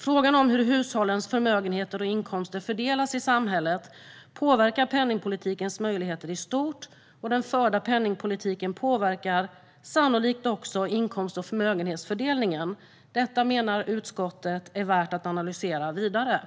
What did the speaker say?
Frågan om hur hushållens förmögenheter och inkomster fördelas i samhället påverkar penningpolitikens möjligheter i stort, och den förda penningpolitiken påverkar sannolikt också inkomst och förmögenhetsfördelningen. Utskottet menar att detta är värt att analysera vidare.